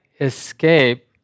escape